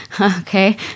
okay